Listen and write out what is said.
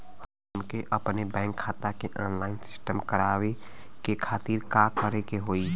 हमके अपने बैंक खाता के ऑनलाइन सिस्टम करवावे के खातिर का करे के होई?